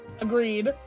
Agreed